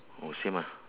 oh same ah